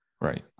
Right